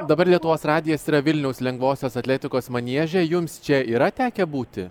dabar lietuvos radijas yra vilniaus lengvosios atletikos manieže jums čia yra tekę būti